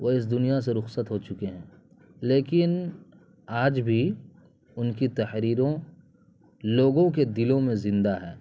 وہ اس دنیا سے رخصت ہو چکے ہیں لیکن آج بھی ان کی تحریروں لوگوں کے دلوں میں زندہ ہیں